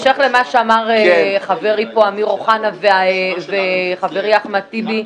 בהמשך למה שאמר חברי פה אמיר אוחנה וחברי אחמד טיבי,